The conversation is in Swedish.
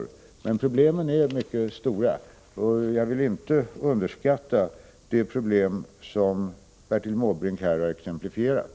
Men problemen är mycket stora, och jag vill inte underskatta de problem som Bertil Måbrink här har exemplifierat.